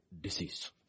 disease